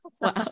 Wow